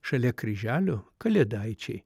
šalia kryželio kalėdaičiai